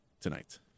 tonight